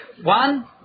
One